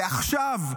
ועכשיו,